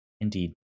indeed